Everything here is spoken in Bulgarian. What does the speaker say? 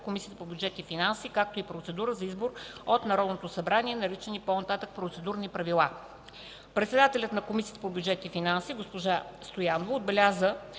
Комисията по бюджет и финанси, както и процедурата за избор от Народното събрание, наричани по-нататък „процедурни правила”. Председателят на Комисията по бюджет и финанси госпожа Стоянова отбеляза,